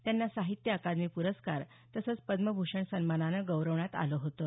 त्यांना साहित्य अकादमी प्रस्कार तसंच पद्मभूषण सन्मानानं गौरवण्यात आलं होतं